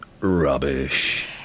rubbish